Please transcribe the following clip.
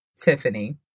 Tiffany